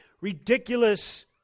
ridiculous